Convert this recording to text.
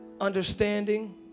understanding